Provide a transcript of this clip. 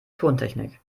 tontechnik